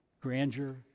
Grandeur